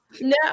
no